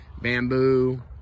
bamboo